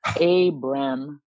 Abram